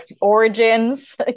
origins